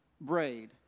braid